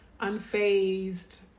unfazed